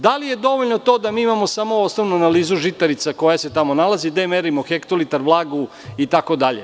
Da li je dovoljno da imamo samo osnovnu analizu žitarica koje se tamo nalaze, gde merimo hektolitar, vlagu itd?